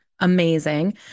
amazing